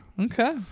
okay